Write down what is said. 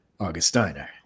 Augustiner